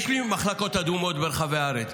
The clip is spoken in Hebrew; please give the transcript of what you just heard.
יש לי מחלקות אדומות ברחבי הארץ.